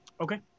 Okay